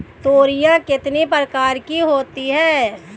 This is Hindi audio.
तोरियां कितने प्रकार की होती हैं?